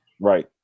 Right